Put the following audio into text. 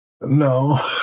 No